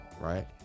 right